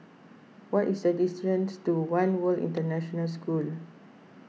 what is the distance to one World International School